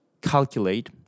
calculate